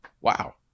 wow